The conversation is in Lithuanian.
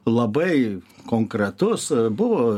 labai konkretus buvo